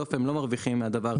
בסוף הם לא מרוויחים מהדבר הזה.